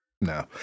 No